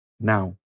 now